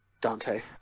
dante